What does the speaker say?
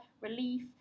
relief